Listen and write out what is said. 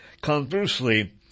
Conversely